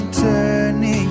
turning